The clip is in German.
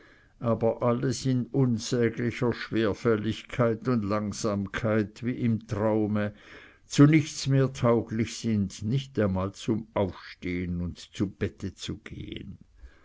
aber alles in unsäglicher schwerfälligkeit und langsamkeit wie im traume zu nichts mehr tauglich sind nicht einmal zum aufstehen und zu bette zu gehen